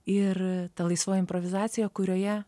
ir ta laisva improvizacija kurioje